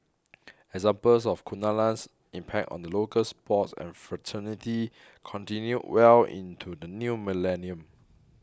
examples of Kunalan's impact on the local sports fraternity continued well into the new millennium